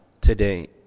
today